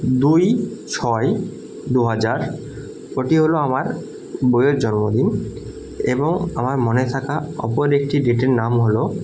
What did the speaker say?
দুই ছয় দু হাজার ওটি হল আমার বউয়ের জন্মদিন এবং আমার মনে থাকা অপর একটি ডেটের নাম হল